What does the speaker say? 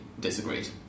disagreed